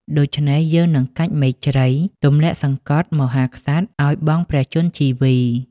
ដូច្នេះ យើងនឹងកាច់មែកជ្រៃទម្លាក់សង្កត់មហាក្សត្រឱ្យបង់ព្រះជន្មជីវី។